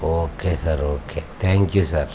okay sir okay thank you sir